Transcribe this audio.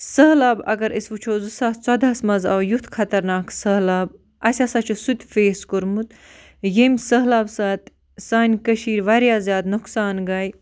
سہلاب اگر أسۍ وٕچھو زٕ ساس ژۄدہَس مَنٛز آو یُتھ خَطرناک سہلاب اَسہِ ہسا چھِ سُہ تہِ فیس کوٚرمُت ییٚمہِ سہلاب سۭتۍ سانہِ کٔشیٖر واریاہ زیادٕ نۄقصان گٔے